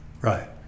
Right